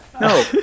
No